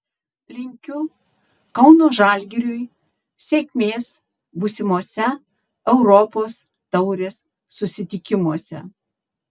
linkiu kauno žalgiriui sėkmės būsimose europos taurės susitikimuose